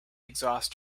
exhaust